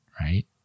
Right